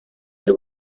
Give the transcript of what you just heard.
del